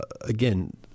again